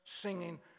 singing